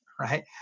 right